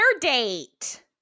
date